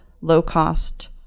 low-cost